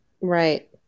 Right